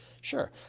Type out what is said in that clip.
Sure